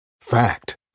Fact